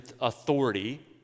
authority